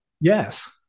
Yes